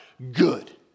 good